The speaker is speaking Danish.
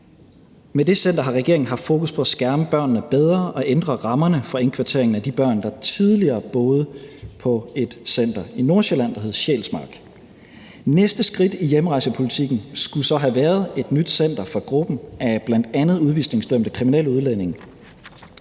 center har regeringen haft fokus på at skærme børnene bedre og ændre rammerne for indkvartering af de børn, der tidligere boede på et center i Nordsjælland, der hed Sjælsmark. Næste skridt i hjemrejsepolitikken skulle så have været et nyt center for gruppen af bl.a. udvisningsdømte kriminelle udlændinge.